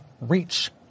reach